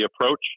approach